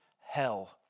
hell